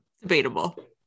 Debatable